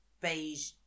beige